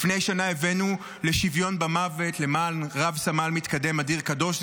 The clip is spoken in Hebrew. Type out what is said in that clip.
לפני שנה הבאנו לשוויון במוות למען רב-סמל מתקדם אדיר קדוש,